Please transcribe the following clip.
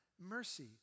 mercy